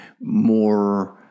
more